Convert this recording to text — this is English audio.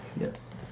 Yes